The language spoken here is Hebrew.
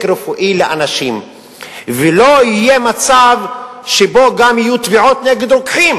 רפואי לאנשים ולא יהיה מצב שבו גם יהיו תביעות נגד רוקחים: